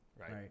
Right